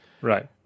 Right